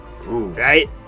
right